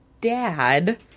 dad